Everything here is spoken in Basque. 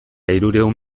hirurehun